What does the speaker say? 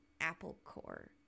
Applecore